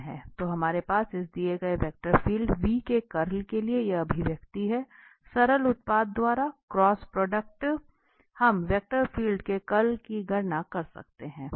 तो हमारे पास इस दिए गए वेक्टर फील्ड के कर्ल के लिए यह अभिव्यक्ति है सरल उत्पाद द्वारा क्रॉस उत्पाद हम वेक्टर फील्ड के कर्ल की गणना कर सकते हैं